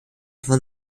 von